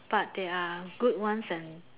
but there are good ones and